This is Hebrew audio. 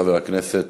חבר הכנסת